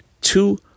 two